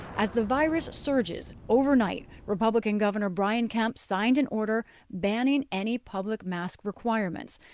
as the virus surges, overnight, republican governor brian kemp signed an order banning any public mask requirements,